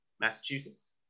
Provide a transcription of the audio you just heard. Massachusetts